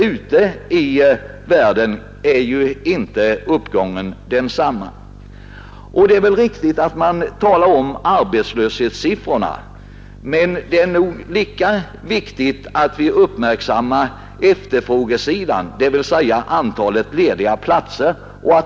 Ute i världen är inte uppgången densamma. Det är väl riktigt att tala om arbetslöshetssiffrorna, men det är nog minst lika viktigt att uppmärksamma efterfrågesidan, dvs. antalet lediga platser.